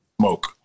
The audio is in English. smoke